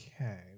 Okay